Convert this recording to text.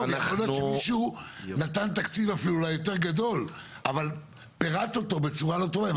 יכול להיות שמישהו נתן תקציב יותר גדול אבל פירט אותו בצורה לא טובה.